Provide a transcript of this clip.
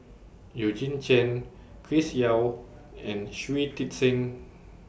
Eugene Chen Chris Yeo and Shui Tit Sing